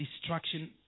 destruction